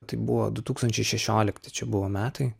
tai buvo du tūkstančiai šešiolikti čia buvo metai